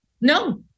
No